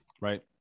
right